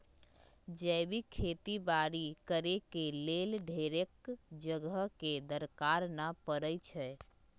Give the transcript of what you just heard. जैविक खेती बाड़ी करेके लेल ढेरेक जगह के दरकार न पड़इ छइ